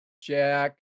Jack